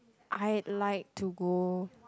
I'd like to go